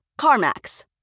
CarMax